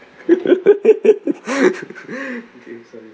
okay sorry